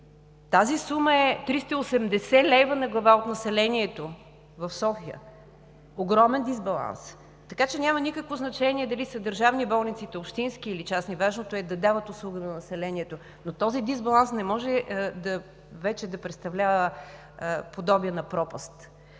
тази сума е 380 лв. на глава от населението в София – огромен дисбаланс. Така че няма никакво значение дали болниците са държавни, общински или частни, важното е да дават услуга на населението. Но този дисбаланс не може вече да представлява подобие на пропаст.